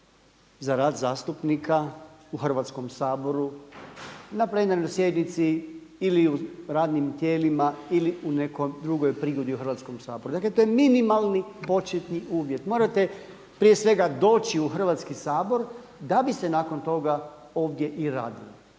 za rad zastupnika u Hrvatskom saboru, na plenarnoj sjednici ili u radnim tijelima ili u nekoj drugoj prigodi u Hrvatskom saboru. Dakle to je minimalni početni uvjet. Morate prije svega doći u Hrvatski sabor da biste nakon toga ovdje i radili.